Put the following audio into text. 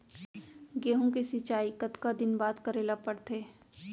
गेहूँ के सिंचाई कतका दिन बाद करे ला पड़थे?